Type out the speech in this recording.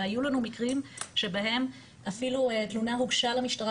והיו לנו מקרים שבהם אפילו תלונה הוגשה למשטרה,